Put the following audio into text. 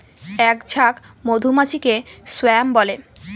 এক ঝাঁক মধুমাছিকে স্বোয়াম বলে